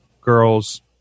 girls